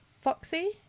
foxy